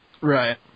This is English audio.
Right